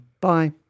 Bye